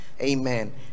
amen